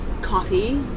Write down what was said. coffee